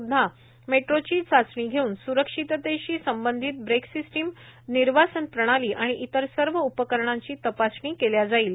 सुद्धा मेट्रोची चाचणी घेऊन स्रक्षिततेशी संबंधित ब्रेक सिस्टीम निर्वासन प्रणाली आणि इतर सर्व उपकरणांची तपासणी केल्या जाईल